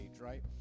right